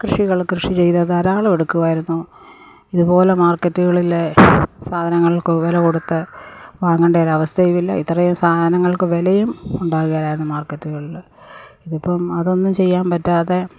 കൃഷികൾ കൃഷി ചെയ്ത് ധാരാളം എടുക്കുവായിരുന്നു ഇതുപോലെ മാർക്കറ്റുകളിലെ സാധനങ്ങൾക്ക് വില കൊടുത്ത് വാങ്ങേണ്ട ഒരു അവസ്ഥയുമില്ല ഇത്രയും സാധനങ്ങൾക്ക് വിലയും ഉണ്ടാകുക ഇല്ലായിരുന്നു മാർകെറ്റുകളില് ഇതിപ്പം അതൊന്നും ചെയ്യാൻ പറ്റാതെ